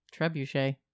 trebuchet